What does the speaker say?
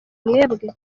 mwebwe